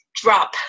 drop